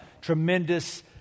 tremendous